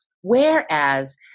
whereas